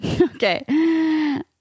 Okay